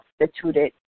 substituted